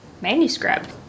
manuscript